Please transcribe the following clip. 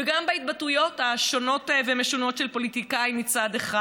וגם בהתבטאויות השונות והמשונות של פוליטיקאים מצד אחד.